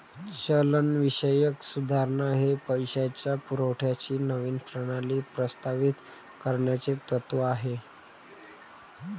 चलनविषयक सुधारणा हे पैशाच्या पुरवठ्याची नवीन प्रणाली प्रस्तावित करण्याचे तत्त्व आहे